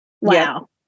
Wow